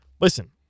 listen